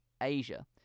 Asia